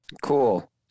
cool